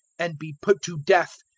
and be put to death,